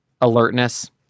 alertness